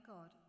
God